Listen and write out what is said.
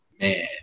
Man